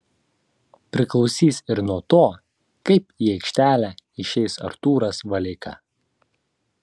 priklausys ir nuo to kaip į aikštelę išeis artūras valeika